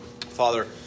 Father